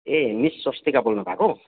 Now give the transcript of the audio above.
ए miss Swastika बोल्नुभएको